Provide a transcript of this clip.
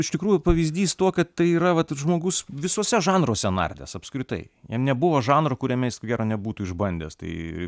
iš tikrųjų pavyzdys tuo kad tai yra vat žmogus visuose žanruose nardęs apskritai jam nebuvo žanro kuriame jis ko gero nebūtų išbandęs tai